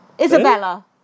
Isabella